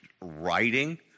writing